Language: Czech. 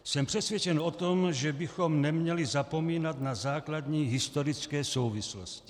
Jsem přesvědčen o tom, že bychom neměli zapomínat na základní historické souvislosti.